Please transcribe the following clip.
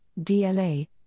DLA